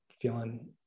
feeling